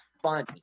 fun